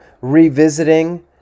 revisiting